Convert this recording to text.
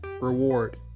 reward